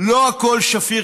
לא הכול שפיר.